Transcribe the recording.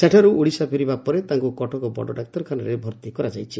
ସେଠାରୁ ଓଡ଼ିଶା ଫେରିବା ପରେ ତାଙ୍ଙୁ କଟକ ବଡ଼ ଡାକ୍ତରଖାନାରେ ଭର୍ତ୍ତି କରାଯାଇଛି